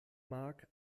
mark